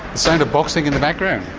sound of boxing in the background.